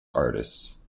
artists